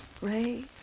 Ray